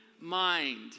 mind